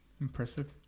Impressive